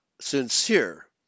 sincere